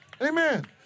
Amen